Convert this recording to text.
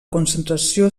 concentració